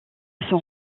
son